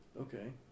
Okay